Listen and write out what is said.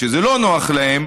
כשזה לא נוח להם,